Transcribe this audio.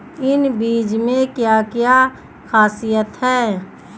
इन बीज में क्या क्या ख़ासियत है?